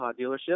dealership